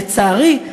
לצערי,